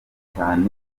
cyane